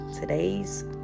today's